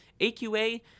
aqa